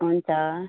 हुन्छ